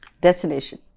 Destination